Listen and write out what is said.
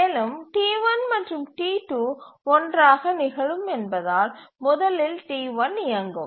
மேலும் T1 மற்றும் T2 ஒன்றாக நிகழும் என்பதால் முதலில் T1 இயங்கும்